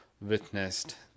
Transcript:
witnessed